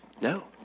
No